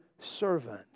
servant